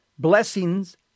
Blessings